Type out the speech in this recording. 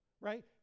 right